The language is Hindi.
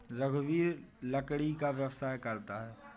रघुवीर लकड़ी का व्यवसाय करता है